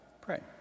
pray